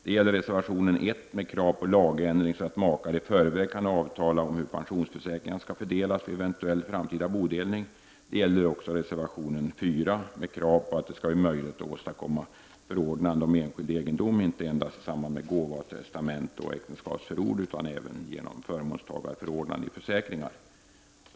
Det gäller reservation I med krav på lagändring så att makar i förväg kan avtala om hur pensionsförsäkringar skall fördelas vid eventuell framtida bodelning. Det gäller också reservation 4 med krav på att det skall bli möjligt att åstadkomma förordnande om enskild egendom inte endast i samband med gåva, testamente och äktenskapsförord, utan även genom förmånstagareförordnande i försäkringar.